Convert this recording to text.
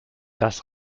das